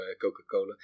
Coca-Cola